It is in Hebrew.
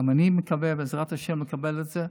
גם אני מקווה, בעזרת השם, לקבל את זה.